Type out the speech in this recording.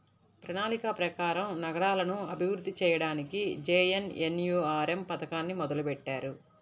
ప్రణాళిక ప్రకారం నగరాలను అభివృద్ధి చెయ్యడానికి జేఎన్ఎన్యూఆర్ఎమ్ పథకాన్ని మొదలుబెట్టారు